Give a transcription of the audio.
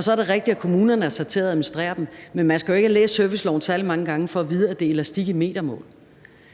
Så er det rigtigt, at kommunerne er sat til at administrere dem, men man skal jo ikke have læst serviceloven særlig mange gange for at vide, at det er elastik i metermål.